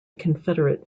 confederate